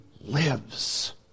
lives